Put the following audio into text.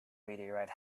meteorite